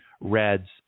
reds